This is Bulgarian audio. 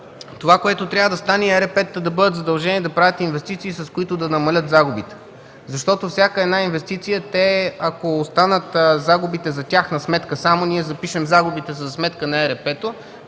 Това, което трябва да стане е ЕРП-тата да бъдат задължени да правят инвестиции, с които да намалят загубите. Ако от всяка една инвестиция, загубите останат само за тяхна сметка, ние запишем „загубите за сметка на ЕРП-то”,